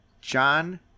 John